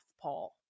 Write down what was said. Paul